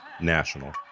national